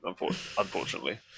unfortunately